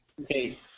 Okay